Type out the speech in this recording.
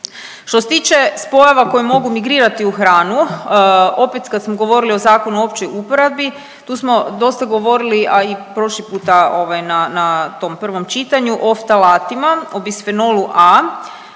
Što se tiče spojeva koji mogu migrirati u hranu, opet kad smo govorili o Zakonu o općoj uporabi tu smo dosta govorili, a i prošli puta ovaj na, na tom prvom čitanju o ftalatima, o Bisfenolu A.